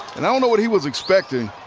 and i don't know what he was expecting,